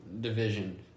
division